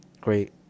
Great